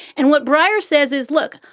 and what breyer says is, look,